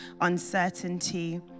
uncertainty